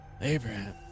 Abraham